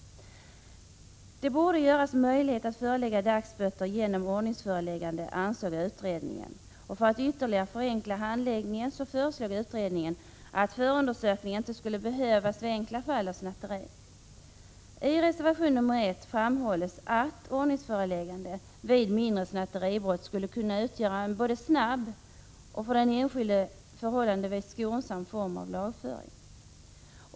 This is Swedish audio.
Det borde göras möjligt att ta ut dagsböter genom ett ordningsföreläggande, ansåg utredningen. För att ytterligare förenkla handläggningen föreslog utredningen att förundersökning inte skulle behövas vid enkla fall av snatteri. I reservation nr 1 framhålls att ordningsföreläggande vid mindre snatteribrott skulle kunna utgöra en både snabb och för den enskilde förhållandevis skonsam form av lagföring.